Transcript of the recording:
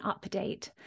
update